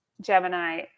Gemini